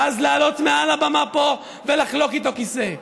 ואז לעלות על הבמה פה ולחלוק איתו הכיסא.